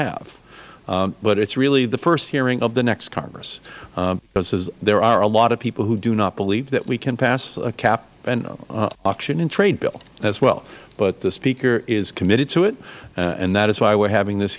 have but it is really the first hearing of the next congress there are a lot of people who do not believe that we can pass a cap auction and trade bill as well but the speaker is committed to it and that is why we are having this